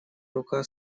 рука